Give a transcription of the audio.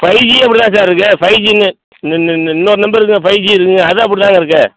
five G அப்படி தான் sir இருக்குது ஃபைவ்ஜின்னு இன்னொரு நம்பர் இருக்குது ஃபைவ் ஜி இருக்குங்க அதுவும் அப்படிதாங்க இருக்குது